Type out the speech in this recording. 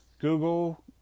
Google